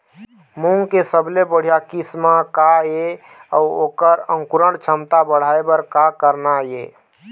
मूंग के सबले बढ़िया किस्म का ये अऊ ओकर अंकुरण क्षमता बढ़ाये बर का करना ये?